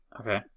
Okay